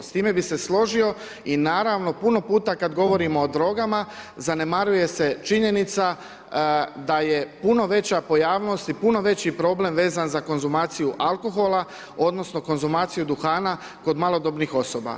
S time bih se složio i naravno puno puta kada govorimo o drogama zanemaruje se činjenica da je puno veća pojavnost i puno veći problem vezan za konzumaciju alkohola odnosno konzumaciju duhana kod malodobnih odnosa.